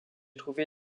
trouvé